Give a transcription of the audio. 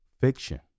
fiction